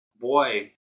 boy